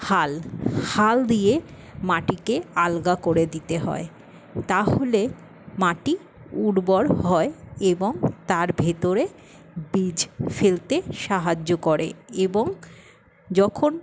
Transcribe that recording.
হাল হাল দিয়ে মাটিকে আলগা করে দিতে হয় তাহলে মাটি উর্বর হয় এবং তার ভেতরে বীজ ফেলতে সাহায্য করে এবং যখন